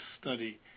study